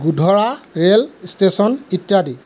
Godhra rail station ইত্যাদি